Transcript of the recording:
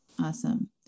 Awesome